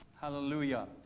Hallelujah